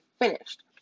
finished